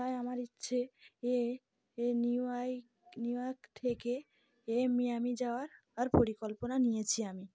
তাই আমার ইচ্ছে এ এ নিউ ইয়র্ক নিউ ইয়র্ক থেকে এ মিয়ামি যাওয়ার আর পরিকল্পনা নিয়েছি আমি